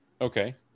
Okay